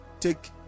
Take